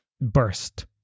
burst